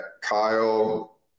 Kyle